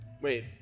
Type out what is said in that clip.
Wait